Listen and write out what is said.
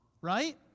right